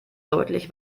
deutlich